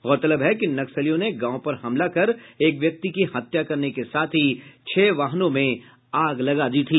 गौरतलब है कि नक्सलियों ने गांव पर हमला कर एक व्यक्ति की हत्या करने के साथ छह वाहनों में आग लगा दी थी